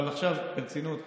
אבל עכשיו ברצינות.